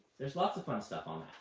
there's lots of fun stuff on